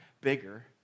bigger